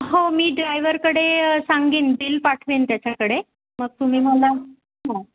हो मी ड्रायव्हरकडे सांगेन बिल पाठवेन त्याच्याकडे मग तुम्ही मला हां